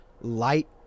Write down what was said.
light